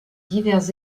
divers